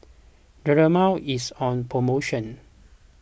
Dermale is on promotion